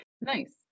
Nice